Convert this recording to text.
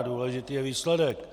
Důležitý je výsledek.